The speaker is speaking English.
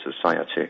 society